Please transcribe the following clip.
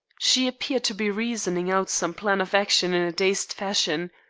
she appeared to be reasoning out some plan of action in a dazed fashion.